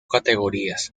categorías